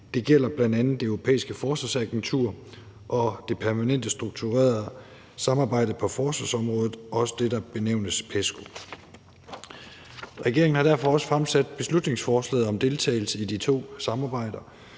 Det gælder bl.a. Det Europæiske Forsvarsagentur og det permanente strukturerede samarbejde på forsvarsområdet – det, der også benævnes PESCO. Regeringen har derfor også fremsat beslutningsforslaget om deltagelse i de to samarbejder,